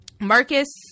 marcus